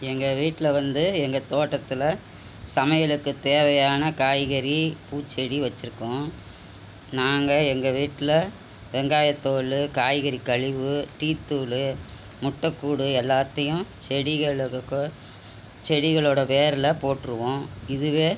எங்கள் வீட்டில் வந்து எங்கள் தோட்டத்தில் சமையலுக்கு தேவையான காய்கறி பூச்செடி வச்சுருக்கோம் நாங்கள் எங்கள் வீட்டில் வெங்காய தோளு காய்கறி கழிவு டீத்தூள் முட்டை கூடு எல்லாத்தையும் செடிகளோடய வேரில் போற்றுவோம் இதுவே